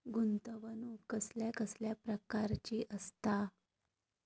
गुंतवणूक कसल्या कसल्या प्रकाराची असता?